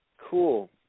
Cool